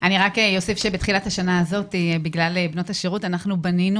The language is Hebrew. אני רק אוסיף שבתחילת השנה הזאת בגלל בנות השרות אנחנו בנינו